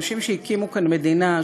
אנשים שהקימו כאן מדינה,